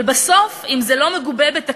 אבל בסוף, אם זה לא מגובה בתקציב,